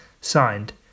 Signed